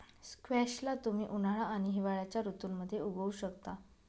squash ला तुम्ही उन्हाळा आणि हिवाळ्याच्या ऋतूमध्ये उगवु शकता